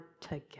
together